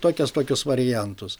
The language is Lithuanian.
tokias tokius variantus